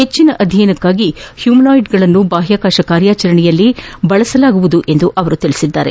ಹೆಚ್ಚಿನ ಅಧ್ಯಯನಕ್ಕಾಗಿ ಹ್ಯುಮನಾಯ್ಡ್ಗಳನ್ನು ಬಾಹ್ಯಾಕಾಶ ಕಾರ್ಯಾಚರಣೆಯಲ್ಲಿ ಬಳಸಲಾಗುತ್ತದೆ ಎಂದು ಅವರು ಹೇಳಿದರು